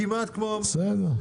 דרך אגב כמעט כמו המתווה הזה,